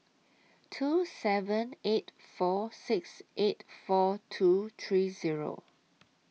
two seven eight four six eight four two three Zero